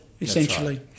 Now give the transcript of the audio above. essentially